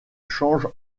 change